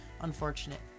unfortunate